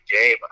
game